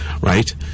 Right